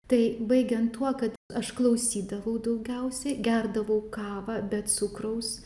tai baigiant tuo kad aš klausydavau daugiausiai gerdavau kavą be cukraus